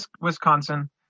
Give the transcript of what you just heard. Wisconsin